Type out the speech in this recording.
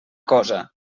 cosa